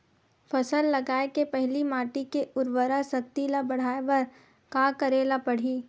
फसल लगाय के पहिली माटी के उरवरा शक्ति ल बढ़ाय बर का करेला पढ़ही?